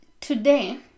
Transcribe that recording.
Today